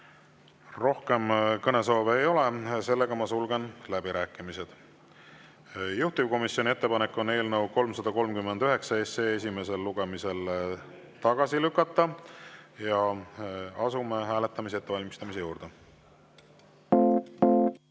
Rohkem kõnesoove ei ole. Sulgen läbirääkimised. Juhtivkomisjoni ettepanek on eelnõu 339 esimesel lugemisel tagasi lükata. Asume hääletamise ettevalmistamise juurde.